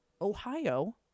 Ohio